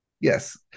Yes